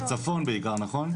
בצפון בעיקר נכון?